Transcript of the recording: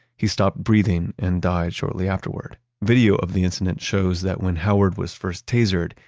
he stopped breathing and died shortly afterward. video of the incident shows that when howard was first tasered,